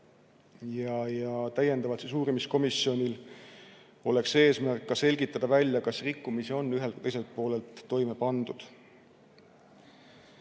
Täiendavalt oleks uurimiskomisjonil eesmärk selgitada välja, kas rikkumisi on ühelt ja teiselt poolelt toime pandud.